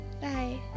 Bye